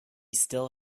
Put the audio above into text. still